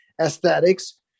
aesthetics